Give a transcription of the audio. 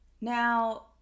now